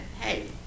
Hey